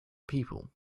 people